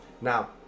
now